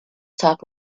talk